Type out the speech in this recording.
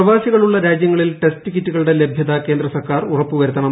പ്രവാസികൾ ഉള്ള രാജ്യങ്ങളിൽ ടെസ്റ്റ് കിറ്റുകളുടെ ലഭ്യത കേന്ദ്ര സർക്കാർ ഉറപ്പ് വരുത്തണം